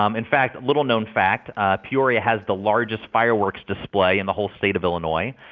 um in fact little known fact peoria has the largest fireworks display in the whole state of illinois.